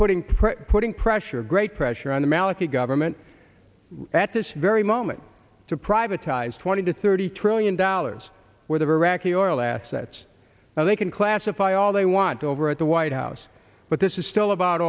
pressure putting pressure great pressure on the maliki government at this very moment to privatized twenty to thirty trillion dollars worth of iraqi oil assets now they can classify all they want over at the white house but this is still about